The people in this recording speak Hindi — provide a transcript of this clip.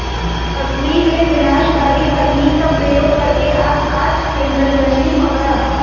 रघुवीर ने विनाशकारी तकनीक का प्रयोग करके आज आठ क्विंटल मछ्ली पकड़ा